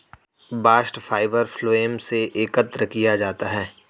bast fibre phloem से एकत्र किया जाता है